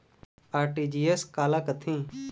RTGS काला कथें?